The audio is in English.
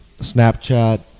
snapchat